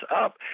up